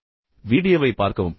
மீண்டும் வீடியோவைப் பார்க்கவும்